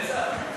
רצח?